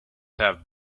have